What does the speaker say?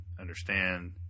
understand